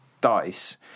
dice